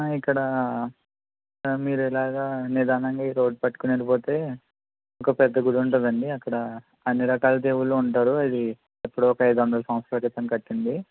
ఇక్కడ మీరు ఇలాగా నిదానంగా ఈ రోడ్డు పట్టుకుని వెళ్లిపోతే ఒక పెద్ద గుడి ఉంటదండి అక్కడ అన్ని రకాల దేవుళ్ళు ఉంటారు అది ఎప్పుడో ఒక ఐదువందల సంవత్సరాల క్రితం కట్టింది